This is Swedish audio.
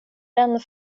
den